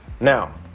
Now